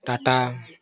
Tata